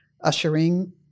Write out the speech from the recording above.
ushering